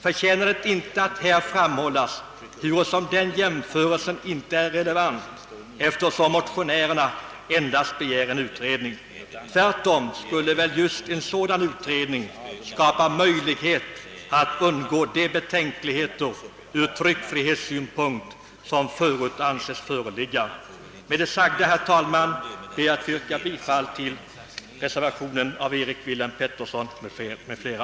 Förtjänar det inte här framhållas hurusom den jämförelsen inte är relevant, eftersom motionärerna endast begär en utredning? Tvärtom skulle väl just en sådan utredning skapa möjlighet att undgå de betänkligheter ur tryckfrihetssynpunkt som förut ansetts föreligga. Med det sagda, herr talman, ber jag att få yrka bifall till reservationen av herr Erik Filip Petersson m.fl.